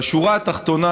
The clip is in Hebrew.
בשורה התחתונה,